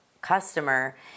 customer